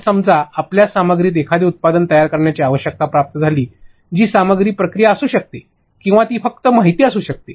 तर समजा आपल्याला सामग्रीसाठी एखादे उत्पादन तयार करण्याची आवश्यकता प्राप्त झाली जी सामग्री प्रक्रिया असू शकते किंवा ती फक्त माहिती असू शकते